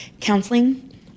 Counseling